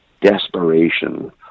desperation